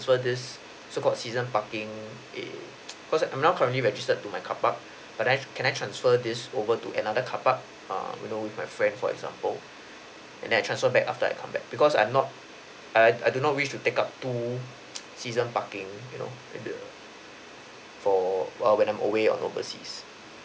this so called season parking err cause I'm now currently registered to my car park but I can I transfer this over to another car park err you know with my friend for example and I then transfer back after I come back because I'm not I I do not wish to take up two season parking you know the for err when I'm away in overseas